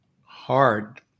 hard